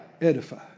Edify